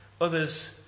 Others